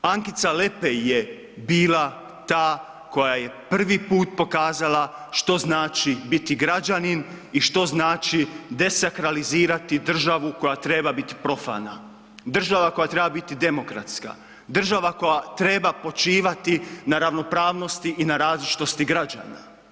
Ankica Lepej je bila ta koja je prvi put pokazala što znači biti građanin i što znači desakralizirati državu koja treba biti profana, država koja treba biti demokratska, država koja treba počivati na ravnopravnosti i na različitosti građana.